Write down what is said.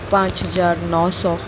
पाँच हज़ार नौ सौ